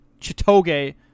Chitoge